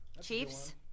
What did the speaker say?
Chiefs